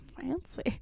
Fancy